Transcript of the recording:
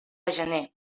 gener